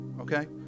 okay